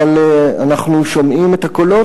אבל אנחנו שומעים את הקולות,